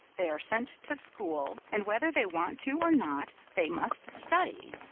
they are sent to school, and whether they want to or not, they must study.